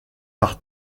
par